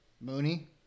Mooney